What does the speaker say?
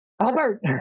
Albert